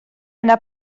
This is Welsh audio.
yna